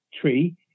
tree